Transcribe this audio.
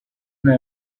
nta